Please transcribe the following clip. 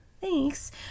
thanks